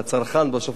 בסופו של דבר.